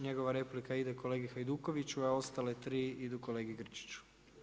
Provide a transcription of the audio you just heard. Njegova replika ide kolegi Hajdukoviću, a ostale 3 idu kolegi Grčiću.